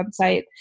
website